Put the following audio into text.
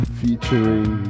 featuring